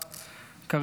קארין,